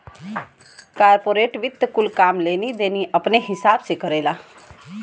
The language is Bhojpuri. कॉर्पोरेट वित्त कुल काम लेनी देनी अपने हिसाब से करेला